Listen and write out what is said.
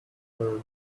her